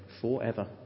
forever